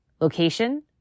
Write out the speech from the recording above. location